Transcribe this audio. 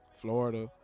Florida